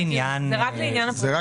זה רק לעניין הפרטיות?